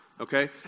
Okay